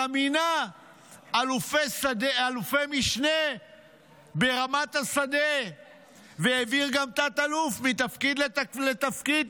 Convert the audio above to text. אלא מינה אלופי משנה ברמת השדה והעביר גם תת-אלוף מתפקיד לתפקיד,